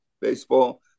baseball